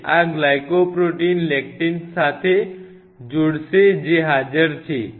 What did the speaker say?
હવે આ glycoprotein lectin સાથે જોડશે જે હાજર છે